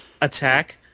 attack